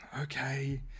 okay